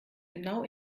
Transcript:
genau